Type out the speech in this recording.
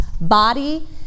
body